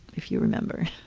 if you remember.